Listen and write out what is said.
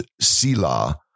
sila